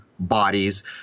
Bodies